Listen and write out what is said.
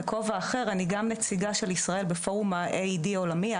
בכובע אחר אני גם נציגה של ישראל בפורום ה-AD העולמי,